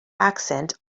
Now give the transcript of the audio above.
accent